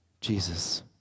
Jesus